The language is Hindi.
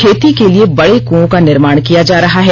खेती के लिए बड़े कुँओं का निर्माण किया जा रहा है